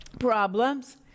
problems